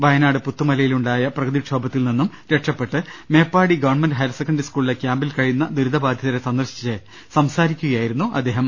വയ നാട് പുത്തുമലയിലുണ്ടായ പ്രകൃതിക്ഷോഭത്തിൽ നിന്നും രക്ഷപ്പെട്ട് മേപ്പാടി ഗവൺമെന്റ് ഹയർ സെക്കന്ററി സ്കൂളിലെ ക്യാമ്പിൽ കഴിയുന്ന ദുരിതബാധി തരെ സന്ദർശിച്ച് സംസാരിക്കുകയായിരുന്നു അദ്ദേഹം